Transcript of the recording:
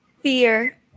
fear